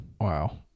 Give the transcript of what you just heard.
Wow